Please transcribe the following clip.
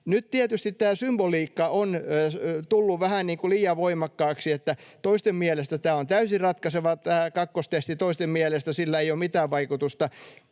Tietysti tämä symboliikka on tullut vähän liian voimakkaaksi, ja toisten mielestä tämä kakkostesti on täysin ratkaiseva, toisten mielestä sillä ei ole mitään vaikutusta.